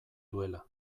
duela